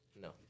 No